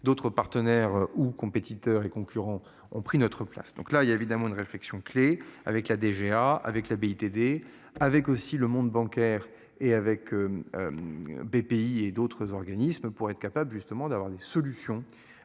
D'autres partenaires ou compétiteurs et concurrents ont pris notre place, donc là il y a évidemment une réflexion clé avec la DGA avec la BITD, avec aussi le monde bancaire et avec. BPI et d'autres organismes pour être capable justement d'avoir des solutions